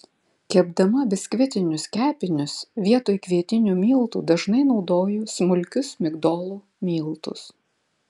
kepdama biskvitinius kepinius vietoj kvietinių miltų dažnai naudoju smulkius migdolų miltus